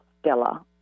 Stella